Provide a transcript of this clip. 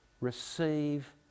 receive